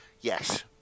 Yes